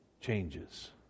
changes